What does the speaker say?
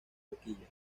boquilla